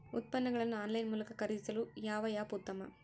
ಉತ್ಪನ್ನಗಳನ್ನು ಆನ್ಲೈನ್ ಮೂಲಕ ಖರೇದಿಸಲು ಯಾವ ಆ್ಯಪ್ ಉತ್ತಮ?